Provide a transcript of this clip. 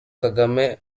kagame